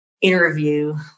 Interview